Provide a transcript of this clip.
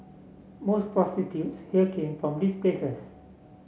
most prostitutes here came from these places